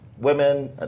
women